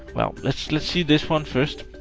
well, let's let's see this one first.